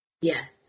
Yes